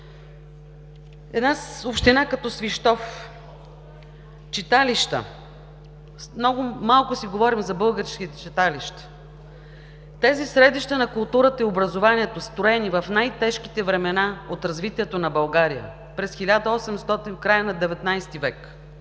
Една община като Свищов – читалища. Много малко си говорим за българските читалища – тези средища на културата и образованието, строени в най-тежките времена от развитието на България в края на XVIII в.